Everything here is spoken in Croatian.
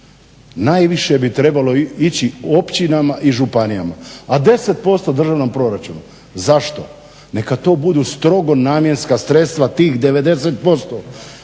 najviše bi trebalo ići općinama i županijama a 10% državnom proračunu. Zašto? Neka to budu strogo namjenska sredstva tih 90%.